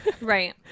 right